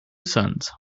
sons